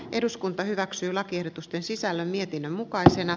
eduskunta hyväksyy lakiehdotusten sisällön mietinnön kaukana